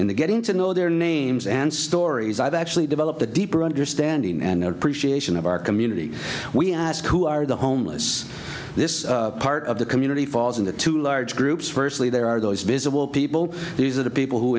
in the getting to know their names and stories i've actually developed a deeper understanding and appreciation of our community we ask who are the homeless this part of the community falls into two large groups firstly there are those visible people these are the people who